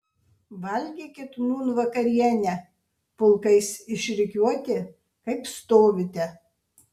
valgykit nūn vakarienę pulkais išrikiuoti kaip stovite